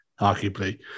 arguably